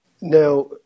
Now